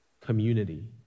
community